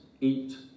eat